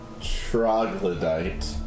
troglodyte